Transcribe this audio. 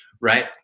right